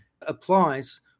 applies